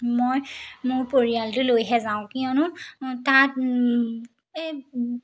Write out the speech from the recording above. মই মোৰ পৰিয়ালটো লৈহে যাওঁ কিয়নো তাত এই